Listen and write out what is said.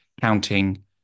counting